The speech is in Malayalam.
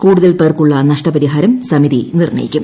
കൂടുതൽ പേർക്കുള്ള നഷ്ടപരിഹാരം സമിതി നിർണ്ണയിക്കും